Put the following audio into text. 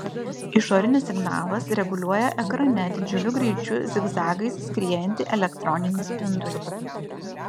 išorinis signalas reguliuoja ekrane didžiuliu greičiu zigzagais skriejantį elektroninį spindulį